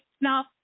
Now